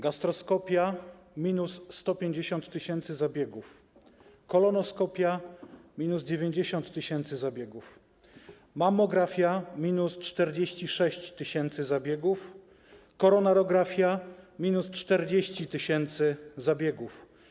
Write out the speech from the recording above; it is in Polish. Gastroskopia - minus 150 tys. zabiegów, kolonoskopia - minus 90 tys. zabiegów, mammografia - minus 46 tys. zabiegów, koronarografia - minus 40 tys. zabiegów.